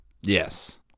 Yes